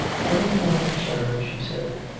what is the matter, sir? she said.